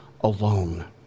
alone